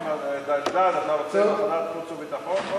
אלדד, אתה רוצה ועדת חוץ וביטחון?